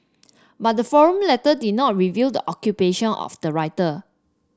but the forum letter did not reveal the occupation of the writer